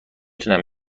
تونم